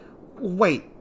Wait